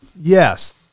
yes